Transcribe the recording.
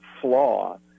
flaw